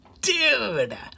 Dude